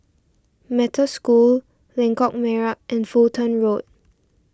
Metta School Lengkok Merak and Fulton Road